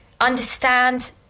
understand